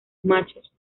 machos